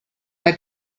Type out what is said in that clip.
bei